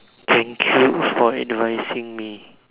thank you for advising me